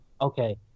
okay